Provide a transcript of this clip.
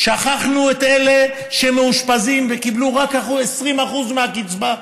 שכחנו את אלה שמאושפזים וקיבלו רק 20% מהקצבה.